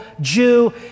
Jew